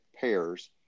pairs